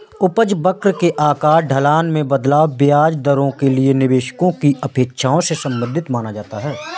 उपज वक्र के आकार, ढलान में बदलाव, ब्याज दरों के लिए निवेशकों की अपेक्षाओं से संबंधित माना जाता है